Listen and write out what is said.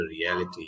reality